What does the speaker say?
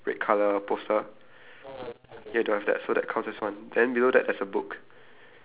like a normal O ah ya and then there's learn how to bet red colour poster